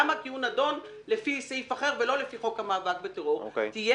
כי הוא נדון לפי סעיף אחר ולא לפי חוק המאבק בטרור תהיה